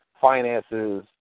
finances